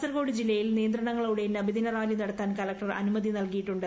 കാസർകോട് ജില്ലയിൽ നിയന്ത്രണങ്ങളോടെ നബിദിന റാലി നടത്താൻ കളക്ടർ അനുമതി നൽകിയിട്ടുണ്ട്